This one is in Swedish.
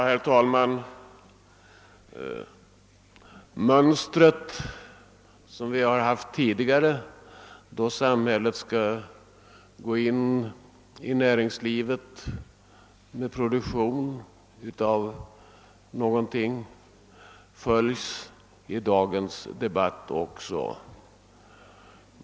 Herr talman! Det mönster som vi känner igen från tidigare tillfällen, då samhället velat gå in i näringslivet och ta upp en ny produktion, följs också i dagens debatt.